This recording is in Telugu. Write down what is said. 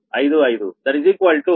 142